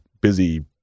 busy